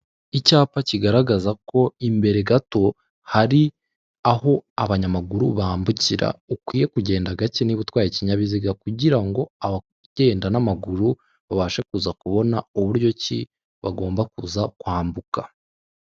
Icyapa kigaragaza ko imbere gato hari aho abanyamaguru bambukira, ukwiye kugenda gake niba utwaye ikinyabiziga, kugira ngo abagenda n'amaguru babashe kuza kubona uburyo ki bagomba kuza kwambuka.